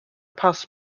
pass